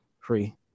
free